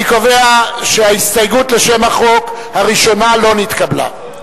אני קובע שההסתייגות הראשונה לשם החוק לא נתקבלה.